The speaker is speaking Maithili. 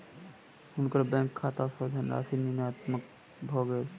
हुनकर बैंक खाता सॅ धनराशि ऋणांकन भ गेल